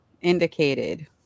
indicated